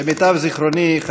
למיטב זיכרוני,